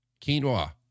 Quinoa